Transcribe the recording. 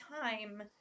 time